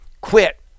Quit